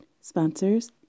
sponsors